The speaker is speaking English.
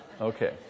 Okay